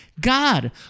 God